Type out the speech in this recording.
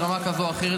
ברמה כזאת או אחרת,